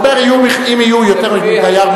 הוא אומר: אם יהיו יותר מדייר,